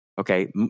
okay